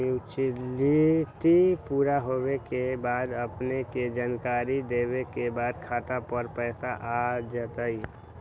Maturity पुरा होवे के बाद अपने के जानकारी देने के बाद खाता पर पैसा आ जतई?